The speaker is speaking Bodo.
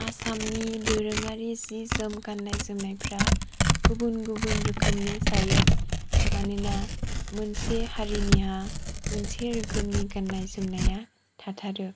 आसामनि दोरोङारि जि जोम गाननाय जोमनायफ्रा गुबुन गुबुन रोखोमनि जायो मानोना मोनसे हारिनिया मोनसे रोखोमनि गाननाय जोमनाया थाथारो